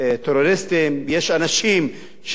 יש אנשים משתפי פעולה,